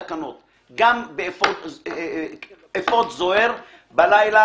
הקראנו וגם הסברנו את נושא האפודים הזוהרים בהיעדרך.